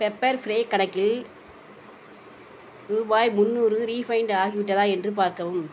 pepper fry கணக்கில் ரூபாய் முன்னூறு ரீஃபண்ட் ஆகிவிட்டதா என்று பார்க்கவும்